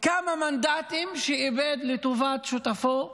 כמה מנדטים שאיבד לטובת שותפו,